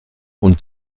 und